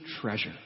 treasure